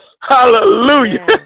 Hallelujah